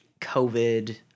COVID